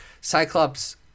Cyclops